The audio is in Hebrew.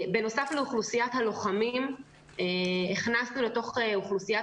בנוסף לאוכלוסיית הלוחמים הכנסנו אל תוך אוכלוסיית